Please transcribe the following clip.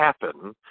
happen